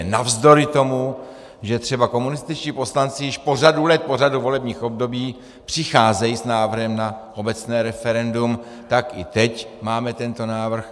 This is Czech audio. Navzdory tomu, že třeba komunističtí poslanci již po řadu let, po řadu volebních období přicházejí s návrhem na obecné referendum, tak i teď máme tento návrh.